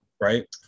right